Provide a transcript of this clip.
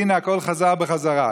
הינה, הכול חזר בחזרה.